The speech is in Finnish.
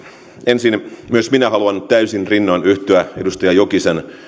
ensin myös minä haluan täysin rinnoin yhtyä edustaja jokisen